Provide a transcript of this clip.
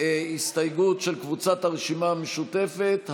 הסתייגות של קבוצת סיעת הרשימה המשותפת,